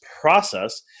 process